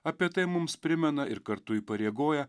apie tai mums primena ir kartu įpareigoja